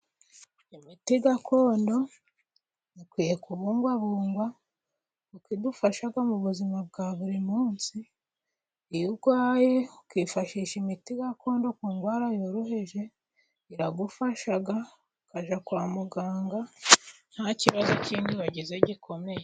Imiti gakondo ikwiye kubungwabungwa kuko idufasha mu buzima bwa buri munsi, iyo urwaye ukifashisha imiti gakondo ku ndwara yoroheje, iragufasha ukajya kwa muganga nta kibazo kindi wagize gikomeye.